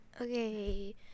Okay